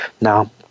Now